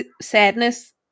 sadness